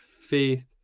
faith